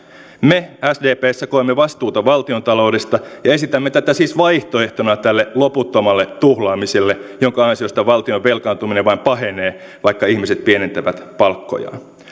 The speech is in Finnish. me sdpssä koemme vastuuta valtiontaloudesta ja esitämme tätä siis vaihtoehtona tälle loputtomalle tuhlaamiselle jonka ansiosta valtion velkaantuminen vain pahenee vaikka ihmiset pienentävät palkkojaan